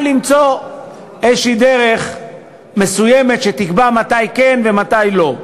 ואולי למצוא איזושהי דרך מסוימת שתקבע מתי כן ומתי לא.